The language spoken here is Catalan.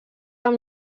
amb